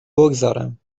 بگذارم